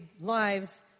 lives